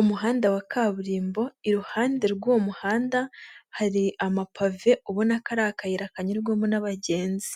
Umuhanda wa kaburimbo, iruhande rw'uwo muhanda hari amapave ubona ko ari akayira kanyurwamo n'abagenzi,